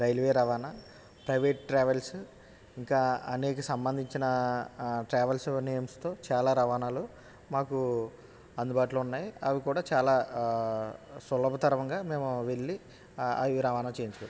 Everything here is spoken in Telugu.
రైల్వే రవాణా ప్రైవేట్ ట్రావెల్స్ ఇంకా అనేక సంబంధించిన ట్రావెల్స్ యూనియన్స్తో చాలా రవాణాలు మాకు అందుబాటులో ఉన్నాయి అవి కూడా చాలా సులభతరంగా మేము వెళ్ళి అవి రవాణా చేయించుకుంటాం